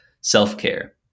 self-care